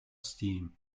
steam